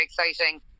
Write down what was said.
exciting